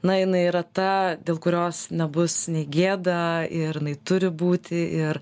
na jinai yra ta dėl kurios nebus nei gėda ir jinai turi būti ir